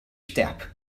step